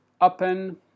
open